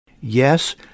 Yes